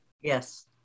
Yes